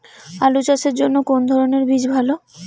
আলু চাষের জন্য কোন ধরণের বীজ ভালো?